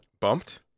bumped